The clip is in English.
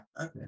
Okay